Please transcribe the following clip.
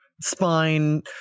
spine